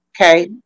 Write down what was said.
Okay